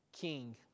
king